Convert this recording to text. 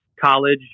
college